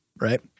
Right